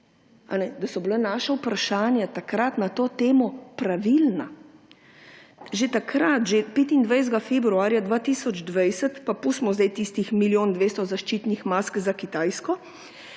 da so bila naša vprašanja takrat na to temo pravilna. Že takrat, že 25. februarja 2020, pa pustimo zdaj tistih milijon 200 zaščitnih mask za Kitajsko,